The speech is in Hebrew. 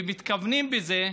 ומתכוונים בזה,